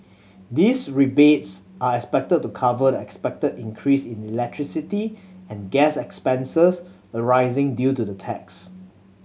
these rebates are expected to cover the expected increase in electricity and gas expenses arising due to the tax